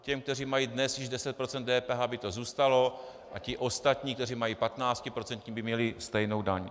Těm, kteří mají dnes již 10 % DPH, by to zůstalo a ti ostatní, kteří mají patnáctiprocentní, by měli stejnou daň.